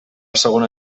segona